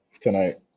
tonight